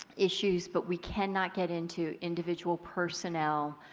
issues but we cannot get into individual personnel